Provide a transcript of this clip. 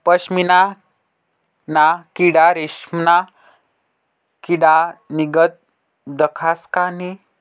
पशमीना ना किडा रेशमना किडानीगत दखास का नै